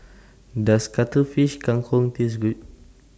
Does Cuttlefish Kang Kong Taste Good